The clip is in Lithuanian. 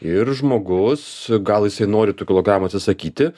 ir žmogus gal jisai nori tų kilogramų atsisakyti